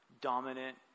dominant